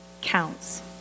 counts